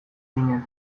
ginen